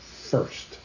first